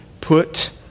put